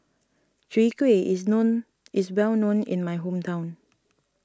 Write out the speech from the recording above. Chwee Kueh is known is well known in my hometown